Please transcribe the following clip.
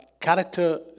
Character